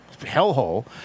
hellhole